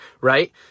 right